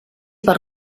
per